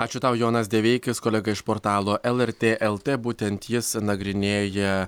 ačiū tau jonas deveikis kolega iš portalo lrt lt būtent jis nagrinėja